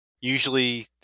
usually